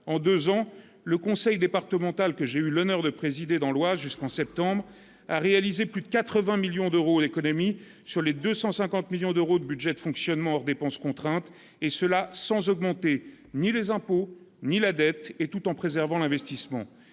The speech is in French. en 2 ans, le conseil départemental que j'ai eu l'honneur de présider dans l'Oise, jusqu'en septembre, a réalisé plus de 80 millions d'euros d'économies sur les 250 millions d'euros de budget de fonctionnement hors dépenses contraintes et cela sans augmenter ni les impôts ni la dette et tout en préservant l'investissement,